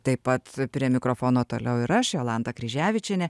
taip pat prie mikrofono toliau ir aš jolanta kryževičienė